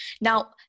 Now